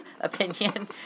opinion